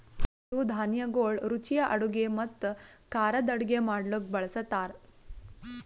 ಇವು ಧಾನ್ಯಗೊಳ್ ರುಚಿಯ ಅಡುಗೆ ಮತ್ತ ಖಾರದ್ ಅಡುಗೆ ಮಾಡ್ಲುಕ್ ಬಳ್ಸತಾರ್